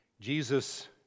Jesus